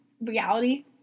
reality